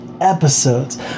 episodes